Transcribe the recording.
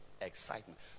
excitement